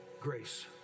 Grace